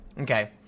Okay